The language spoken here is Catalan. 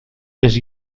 vés